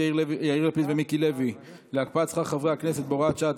יאיר לפיד ומיקי לוי להקפאת שכר חברי הכנסת (הוראת שעה),